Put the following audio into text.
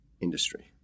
industry